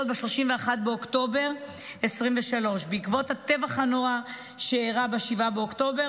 ב-31 באוקטובר 2023. בעקבות הטבח הנורא שאירע ב-7 באוקטובר